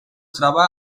troba